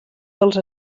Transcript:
dels